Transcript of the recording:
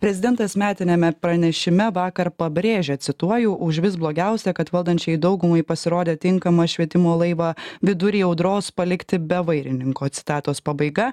prezidentas metiniame pranešime vakar pabrėžė cituoju užvis blogiausia kad valdančiajai daugumai pasirodė tinkama švietimo laivą vidury audros palikti be vairininko citatos pabaiga